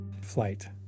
flight